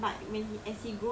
he have